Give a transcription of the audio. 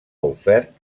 ofert